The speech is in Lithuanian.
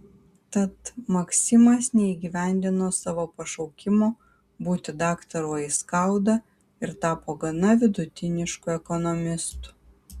tad maksimas neįgyvendino savo pašaukimo būti daktaru aiskauda ir tapo gana vidutinišku ekonomistu